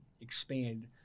expand